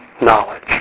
knowledge